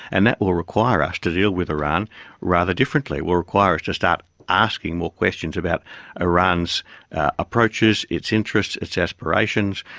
and that will require us to deal with iran rather differently will require us to start asking more questions about iran's approaches, its interests, its aspirations.